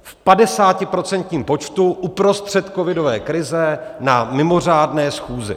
V padesátiprocentním počtu uprostřed covidové krize na mimořádné schůzi.